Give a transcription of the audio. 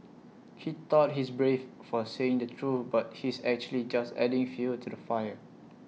he thought he's brave for saying the truth but he's actually just adding fuel to the fire